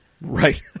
Right